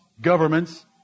governments